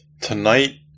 Tonight